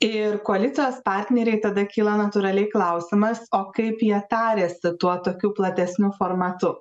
ir koalicijos partneriai tada kyla natūraliai klausimas o kaip jie tariasi tuo tokiu platesniu formatu